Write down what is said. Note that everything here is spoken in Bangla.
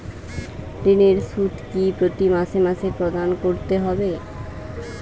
ঋণের সুদ কি প্রতি মাসে মাসে প্রদান করতে হবে?